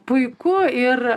puiku ir